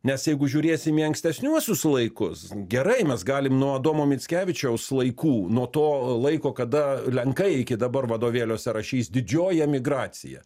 nes jeigu žiūrėsim į ankstesniuosius laikus gerai mes galim nuo adomo mickevičiaus laikų nuo to laiko kada lenkai iki dabar vadovėliuose rašys didžioji emigracija